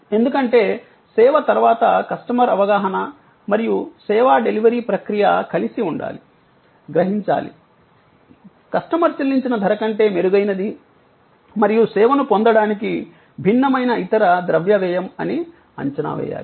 ఎందుకంటే సేవ తర్వాత కస్టమర్ అవగాహన మరియు సేవా డెలివరీ ప్రక్రియ కలిసి ఉండాలి గ్రహించాలి కస్టమర్ చెల్లించిన ధర కంటే మెరుగైనది మరియు సేవను పొందటానికి భిన్నమైన ఇతర ద్రవ్య వ్యయం అని అంచనా వేయాలి